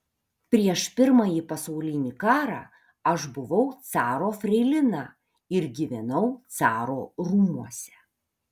prieš pirmąjį pasaulinį karą aš buvau caro freilina ir gyvenau caro rūmuose